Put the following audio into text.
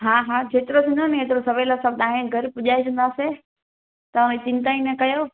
हा हा जेतिरो थींदो नी होतिरो सवेल सभु तव्हांजे घरु पुजाए छॾिंदासीं त हुन जी चिंता ई न कयो